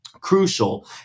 crucial